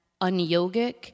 un-yogic